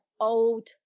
old